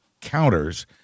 counters